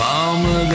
Mama